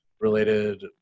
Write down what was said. related